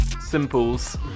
Simples